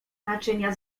naczynia